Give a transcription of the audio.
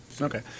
okay